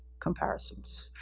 comparisons.